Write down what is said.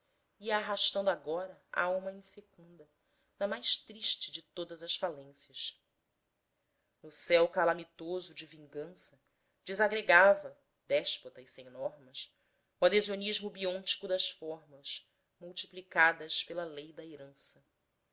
ia arrastando agora a alma infecunda na mais triste de todas as falências no céu calamitoso de vingança desagregava déspota e sem normas o adesionismo biôntico das formas multiplicadas pela lei da herança